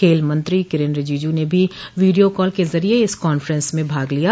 खेल मंत्री किरेन रिजीजू ने भी वीडियो कॉल के जरिए इस कांफ्रेंस में भाग लिया